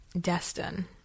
Destin